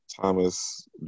Thomas